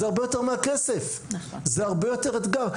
זה הרבה יותר מהכסף זה הרבה יותר אתגר,